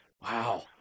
Wow